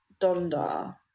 donda